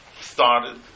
started